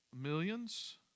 millions